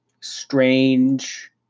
strange